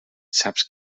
saps